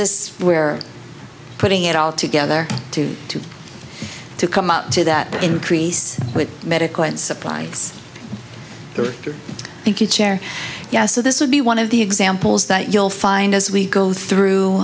this where putting it all together to to to come up to that increase with medical and supplies thank you chair yes so this would be one of the examples that you'll find as we go